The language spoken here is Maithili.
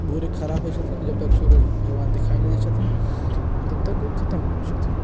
भोरे खड़ा होइत छथिन जब तक सूरज भगवान देखाइ नहि दैत छथिन तब तक ओ खतम नहि होइत छथिन